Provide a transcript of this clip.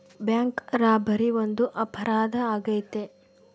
bank robbery ಒಂದು ಅಪರಾಧ ಆಗೈತೆ